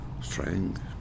strength